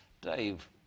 Dave